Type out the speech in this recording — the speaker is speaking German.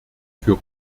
für